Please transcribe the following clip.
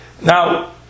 Now